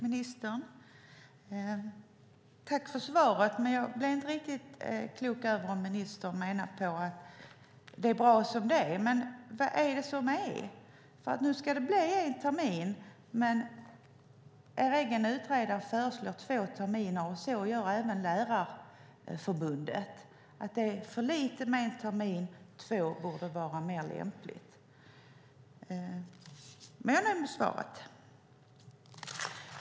Fru talman! Tack för svaret, ministern! Jag blir inte riktigt klok på om ministern menar att det är bra som det är. Vad är det som är? Nu ska det bli en termin, men er egen utredare föreslår två terminer, och så gör även Lärarförbundet. Det är för lite med en termin, och två skulle vara mer lämpligt. Men jag är nöjd med svaret.